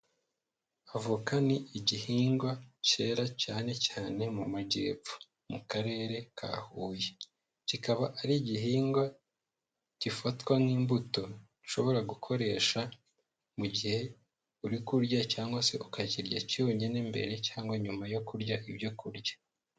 Avoka ni igihingwa cyera cyane cyane mu Majyepfo mu Karere ka Huye, kikaba ari igihingwa gifatwa nk'imbuto ushobora gukoresha mu gihe uri kurya cyangwa se ukakirya cyonyine mbere cyangwa nyuma yo kurya ibyo kurya.